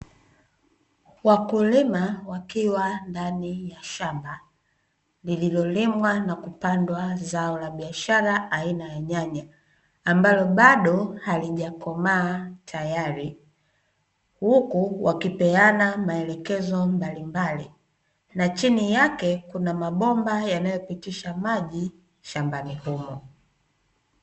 Wakulima wakiwa ndani ya shamba, lililolimwa na kupandwa zao la biashara aina ya nyanya, ambalo bado halijakomaa tayari, huku wakipeana maelekezo mbalimbali, na chini yake kuna mabomba yanayopitisha maji shambani humo.